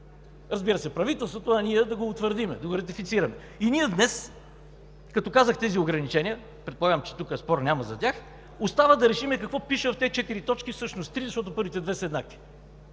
разбира се, правителството, а ние да го утвърдим, да го ратифицираме. Като казах ограничения, предполагам, че за тях спор няма. Остава да решим какво пише в тези четири точки, всъщност три, защото първите две са еднакви: